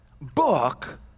book